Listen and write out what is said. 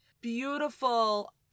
beautiful